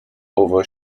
over